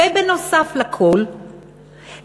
בנוסף לכול,